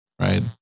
Right